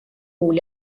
kuul